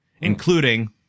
Including